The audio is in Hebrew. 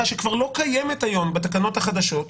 שכבר לא קיימת היום בתקנות החדשות,